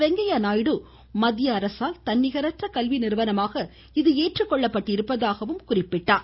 வெங்கையா நாயுடு மத்திய அரசால் தன்னிகரற்ற கல்வி நிறுவனமாக இது ஏற்றுக்கொள்ளப்பட்டிருப்பதாக சுட்டிக்காட்டினார்